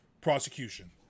prosecution